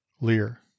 LEAR